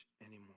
anymore